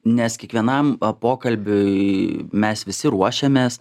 nes kiekvienam pokalbiui mes visi ruošiamės